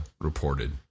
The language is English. reported